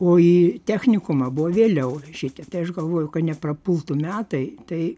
o į technikumą buvo vėliau šitie tai aš galvoju kad neprapultų metai tai